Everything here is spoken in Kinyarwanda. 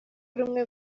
rumwe